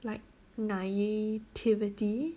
like naivety